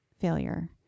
failure